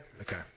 Okay